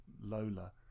Lola